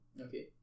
okay